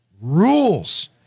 rules